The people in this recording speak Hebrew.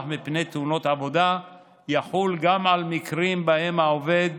מפני תאונות עבודה יחול גם על מקרים שבהם העובד